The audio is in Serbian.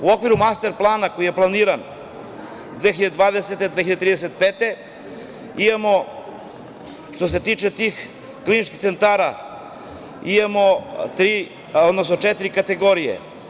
U okviru Master plana, koji je planiran 2020-2035. godine, imamo, što se tiče tih kliničkih centara, imamo tri, odnosno četiri kategorije.